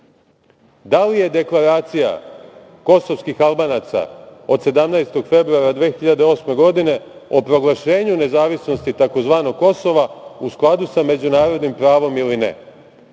da li je deklaracija kosovskih Albanaca od 17. februara 2008. godine o proglašenju nezavisnosti tzv. Kosova u skladu sa međunarodnim pravom ili ne,